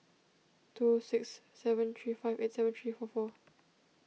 two six seven three five eight seven three four four